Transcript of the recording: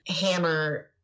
Hammer